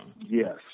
Yes